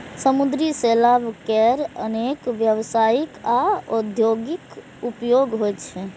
समुद्री शैवाल केर अनेक व्यावसायिक आ औद्योगिक उपयोग होइ छै